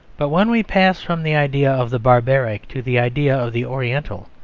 but when we pass from the idea of the barbaric to the idea of the oriental,